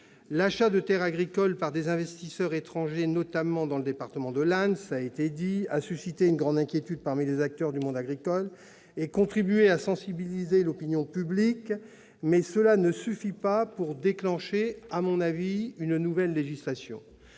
L'achat de terres agricoles par des investisseurs étrangers, notamment dans le département de l'Indre, a suscité une grande inquiétude parmi les acteurs du monde agricole et a contribué à sensibiliser l'opinion publique. Mais, à mon sens, cela ne suffit pas pour déclencher une nouvelle législation.